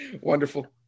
Wonderful